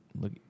look